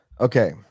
Okay